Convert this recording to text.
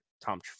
Tom